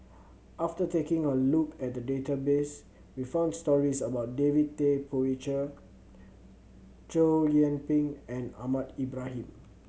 after taking a look at the database we found stories about David Tay Poey Cher Chow Yian Ping and Ahmad Ibrahim